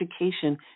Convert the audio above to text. education